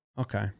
Okay